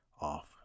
off